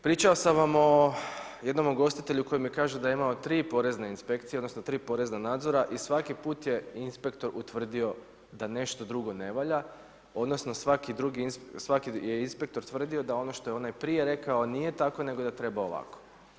Pričao sam vam o jednom ugostitelju koji mi kaže da je imao tri porezne inspekcije odnosno tri porezna nadzora i svaki put je inspektor utvrdio da nešto drugo ne valja, odnosno svaki inspektor tvrdio da ono što je onaj prije rekao, nije tako nego da treba ovako.